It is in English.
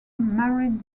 married